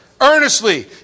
Earnestly